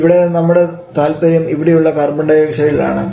ഇവിടെ നമ്മുടെ താല്പര്യം ഇവിടെയുള്ള കാർബൺഡയോക്സൈഡ് ലാണ് ആണ്